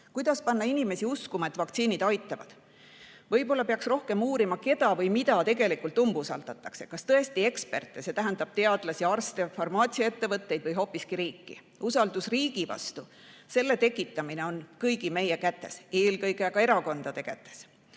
Kuidas panna inimesi uskuma, et vaktsiinid aitavad? Võib-olla peaks rohkem uurima, keda või mida tegelikult umbusaldatakse: kas tõesti eksperte, see tähendab teadlasi, arste, farmaatsiaettevõtteid või hoopiski riiki? Usaldus riigi vastu – selle tekitamine on kõigi meie kätes, eelkõige erakondade kätes.